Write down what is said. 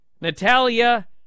Natalia